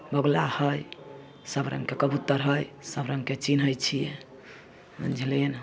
बगुला हइ सभ रङ्गके कबूतर हइ सभ रङ्गके चिन्हैत छियै बुझलियै ने